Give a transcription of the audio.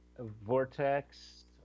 Vortex